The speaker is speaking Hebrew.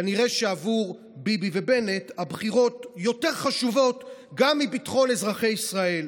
כנראה שעבור ביבי ובנט הבחירות יותר חשובות גם מביטחון אזרחי ישראל.